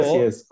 yes